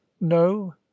No